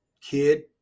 kid